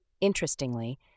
Interestingly